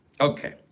Okay